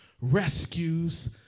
rescues